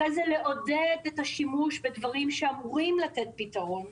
אחרי זה לעודד את השימוש בדברים שאמורים לתת פתרון